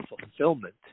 fulfillment